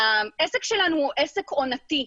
העסק שלנו הוא עסק עונתי,